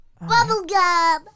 Bubblegum